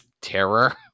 terror